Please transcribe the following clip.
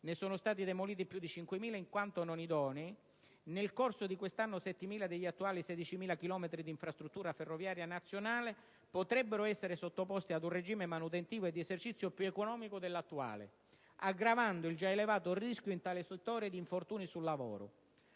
ne sono stati demoliti più di 5.000 in quanto non idonei. Nel corso di quest'anno 7.000 degli attuali 16.000 chilometri di infrastruttura ferroviaria nazionale potrebbero essere sottoposti ad un regime manutentivo e di esercizio più economico dell'attuale, aggravando il già elevato rischio, in tale settore, di infortuni sul lavoro.